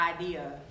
idea